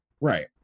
Right